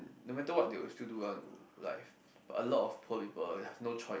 no matter what they will still do one like a lot of poor people ya no choice